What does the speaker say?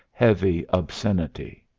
heavy obscenity.